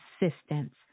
assistance